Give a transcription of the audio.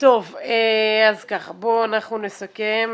זה --- טוב, בואו נסכם.